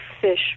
fish